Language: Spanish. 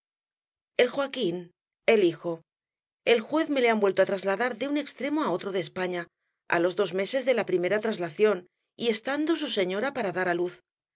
el hijo el juez me le han vuelto á trasladar desde un extremo á otro de españa á los dos meses de la primera traslación y estando su señora para dar á luz